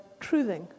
truthing